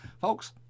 Folks